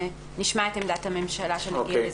ונשמע את עמדת הממשלה כשנגיע לזה.